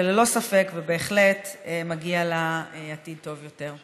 שללא ספק ובהחלט מגיע לה עתיד טוב יותר.